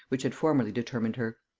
which had formerly determined her.